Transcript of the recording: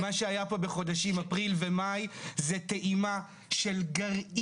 מה שהיה פה בחודשים אפריל ומאי זה טעימה של גרעין.